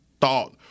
thought